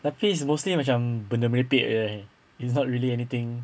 tapi it's mostly benda merepek jer it's not really anything